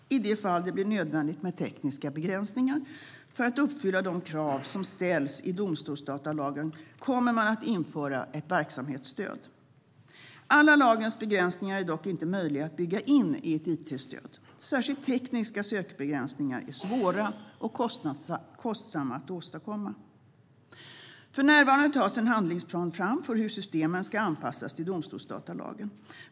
I de fall som det blir nödvändigt med tekniska begränsningar för att uppfylla de krav som ställs i domstolsdatalagen kommer man att införa sådana i verksamhetsstödet. Alla lagens begränsningar är dock inte möjliga att bygga in i ett it-stöd. Särskilt tekniska sökbegränsningar är svåra och kostsamma att åstadkomma. För närvarande tas en handlingsplan fram för hur systemen ska anpassas till domstolsdatalagen.